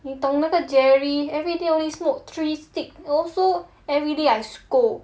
你懂那个 jerry every day only smoke three sticks also every day I scold